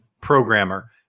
programmer